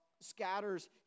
scatters